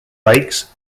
lakes